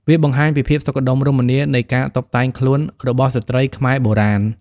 វាបង្ហាញពីភាពសុខដុមរមនានៃការតុបតែងខ្លួនរបស់ស្ត្រីខ្មែរបុរាណ។